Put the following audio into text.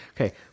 okay